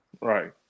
right